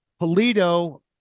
Polito